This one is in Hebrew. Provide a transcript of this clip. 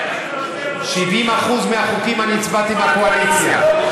ב-70% מהחוקים אני הצבעתי עם הקואליציה.